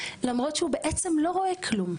למרות שבעצם הוא לא רואה כלום.